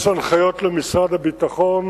יש הנחיות למשרד הביטחון,